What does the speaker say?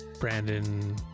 brandon